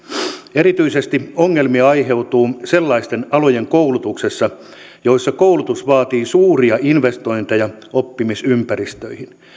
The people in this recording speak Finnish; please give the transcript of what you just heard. erityisesti ongelmia aiheutuu sellaisten alojen koulutuksessa joilla koulutus vaatii suuria investointeja oppimisympäristöihin